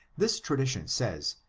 this tradition says,